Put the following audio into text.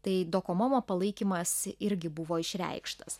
tai dokomomo palaikymas irgi buvo išreikštas